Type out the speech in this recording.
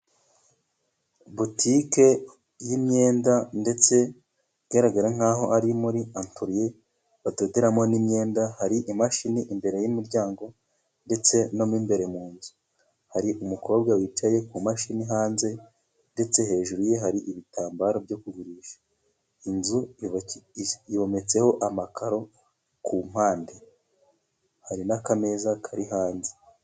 Butike y'imyenda ndetse igaragara nk'aho ari muri atoriye badoderamo n'imyenda, hari imashini imbere y'umuryango ndetse no mo imbere mu nzu. Hari umukobwa wicaye ku mashini hanze, ndetse hejuru ye hari ibitambaro byo kugurisha. Inzu yometseho amakaro ku mpande, hari n'akameza kari hanze.